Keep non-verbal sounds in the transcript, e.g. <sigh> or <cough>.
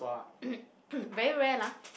<coughs> very rare lah